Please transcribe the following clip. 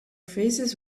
faces